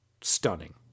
stunning